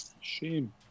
Shame